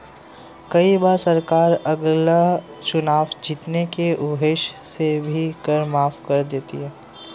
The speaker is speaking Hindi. कई बार सरकार अगला चुनाव जीतने के उद्देश्य से भी कर माफ कर देती है